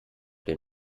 den